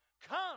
come